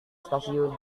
stasiun